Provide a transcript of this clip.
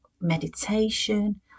meditation